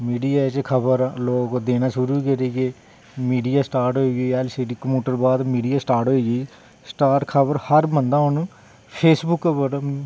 media च लोग खबर देना शुरू करी गे मीडिया स्टार्ट होई गेई कम्यूटर एलसीडी दे बाद मीडिया स्टार्ट होई गेई हर बंदा हर खबर हून फेसबुक उप्पर